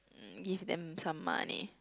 give them some money